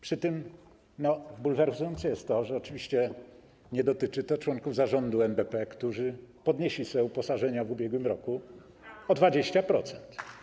Przy tym bulwersujące jest to, że oczywiście nie dotyczy to członków zarządu NBP, którzy podnieśli swoje uposażenia w ubiegłym roku o 20%.